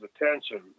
attention